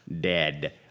dead